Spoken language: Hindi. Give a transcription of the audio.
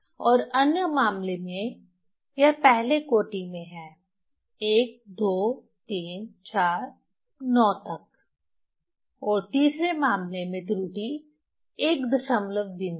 और अन्य मामले में यह पहले कोटि में है 1 2 3 4 9 तक और तीसरे मामले में त्रुटि एक दशमलव बिंदु है